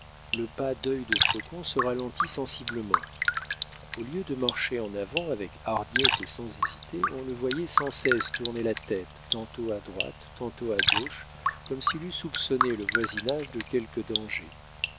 le pas dœil de faucon se ralentit sensiblement au lieu de marcher en avant avec hardiesse et sans hésiter on le voyait sans cesse tourner la tête tantôt à droite tantôt à gauche comme s'il eût soupçonné le voisinage de quelque danger